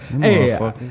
Hey